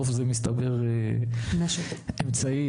מסתבר שתוף זה אמצעי